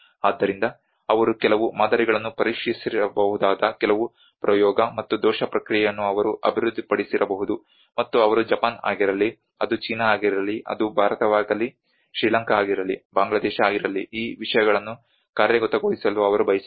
ಆದ್ದರಿಂದ ಅವರು ಕೆಲವು ಮಾದರಿಗಳನ್ನು ಪರೀಕ್ಷಿಸಿರಬಹುದಾದ ಕೆಲವು ಪ್ರಯೋಗ ಮತ್ತು ದೋಷ ಪ್ರಕ್ರಿಯೆಯನ್ನು ಅವರು ಅಭಿವೃದ್ಧಿಪಡಿಸಿರಬಹುದು ಮತ್ತು ಅವರು ಜಪಾನ್ ಆಗಿರಲಿ ಅದು ಚೀನಾ ಆಗಿರಲಿ ಅದು ಭಾರತವಾಗಲಿ ಶ್ರೀಲಂಕಾ ಆಗಿರಲಿ ಬಾಂಗ್ಲಾದೇಶ ಆಗಿರಲಿ ಈ ವಿಷಯಗಳನ್ನು ಕಾರ್ಯಗತಗೊಳಿಸಲು ಅವರು ಬಯಸುತ್ತಾರೆ